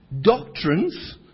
Doctrines